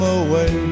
away